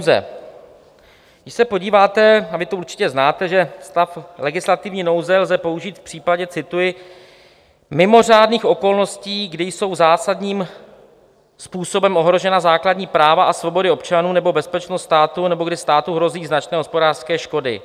Když se podíváte, a vy to určitě znáte, že stav legislativní nouze lze použít v případě, cituji, mimořádných okolností, kdy jsou zásadním způsobem ohrožena základní práva a svobody občanů nebo bezpečnost státu nebo kdy státu hrozí značné hospodářské škody.